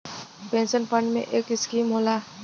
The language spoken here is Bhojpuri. पेन्सन फ़ंड में एक स्कीम होला